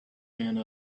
and